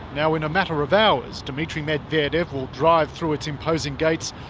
now in a matter of hours, dmitry medvedev will drive through its imposing gates,